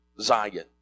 Zion